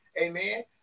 Amen